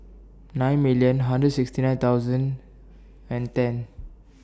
nine million hundred sixty nine thousand and ten